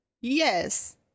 Yes